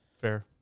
Fair